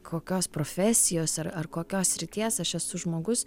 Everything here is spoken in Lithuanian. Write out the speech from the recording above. kokios profesijos ar ar kokios srities aš esu žmogus